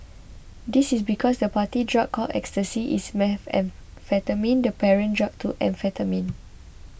this is because the party drug called Ecstasy is methamphetamine the parent drug to amphetamine